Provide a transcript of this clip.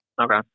Okay